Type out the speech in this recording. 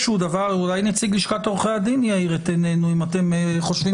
אולי נציג לשכת עורכי הדין יאיר את עינינו אם אתם חושבים